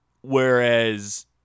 Whereas